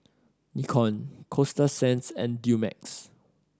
Nikon Coasta Sands and Dumex